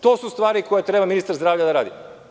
To su stvari koje treba ministar zdravlja da radi.